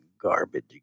garbage